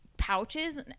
Pouches